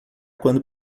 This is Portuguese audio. quando